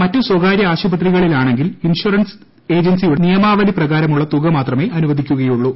മറ്റ് സ്വകാര്യ ആശുപത്രികളാണെങ്കിൽ ഇൻഷുറൻസ് ഏജൻസിയുടെ നിയമാവലി പ്രകാരമുള്ള തുക മാത്രമേ അനുവദിക്കുകയുള്ളൂ